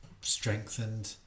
strengthened